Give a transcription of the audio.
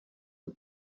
had